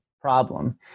problem